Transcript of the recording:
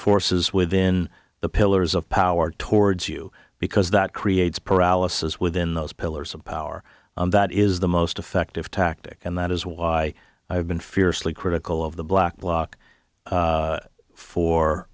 forces within the pillars of power towards you because that creates paralysis within those pillars of power that is the most effective tactic and that is why i've been fiercely critical of the black bloc